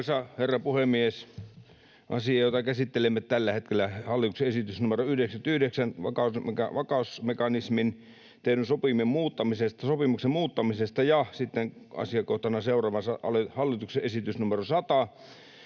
herra puhemies! Asia, jota käsittelemme tällä hetkellä, on hallituksen esitys numero 99 vakausmekanismista tehdyn sopimuksen muuttamisesta, ja sitten seuraavana asiakohtana on hallituksen esitys numero 100,